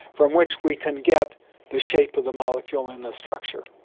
from which we can get the shape of the molecule and the structure.